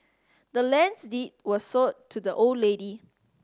the land's deed was sold to the old lady